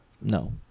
No